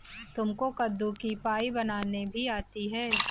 तुमको कद्दू की पाई बनानी भी आती है?